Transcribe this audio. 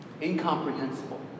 incomprehensible